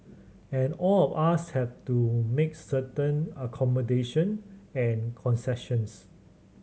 and all of us have to make certain accommodation and concessions